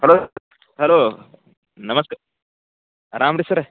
hello hello ನಮಸ್ತೆ ಆರಾಮ ರೀ ಸರ್ರ